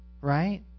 Right